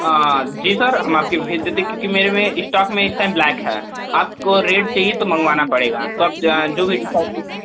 जी sir हम आपके पे भेज देते क्योंकि मेरे में इस्टोक में इस टाइम ब्लैक है आपको रेड चाहिए तो मंगवाना पड़ेगा तो आप ज जो भी डिसाइड कीजिए